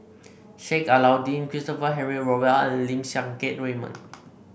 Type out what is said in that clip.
Sheik Alau'ddin Christopher Henry Rothwell and Lim Siang Keat Raymond